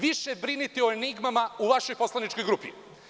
Više brinite o enigmama u vašoj poslaničkoj grupi.